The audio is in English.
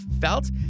felt